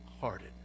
hearted